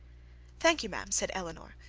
thank you, ma'am, said elinor.